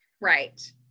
Right